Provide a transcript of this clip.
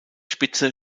spitze